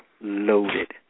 loaded